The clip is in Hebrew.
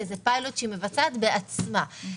זה פיילוט שהיא מבצעת בעצמה.